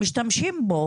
משתמשים בו